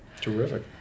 Terrific